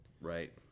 Right